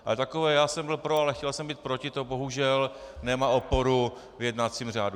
Ale takové já jsem byl pro a chtěl jsem být proti, to bohužel nemá oporu v jednacím řádu.